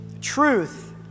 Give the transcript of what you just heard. truth